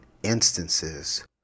instances